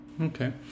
okay